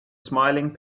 smiling